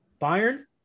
Bayern